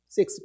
Six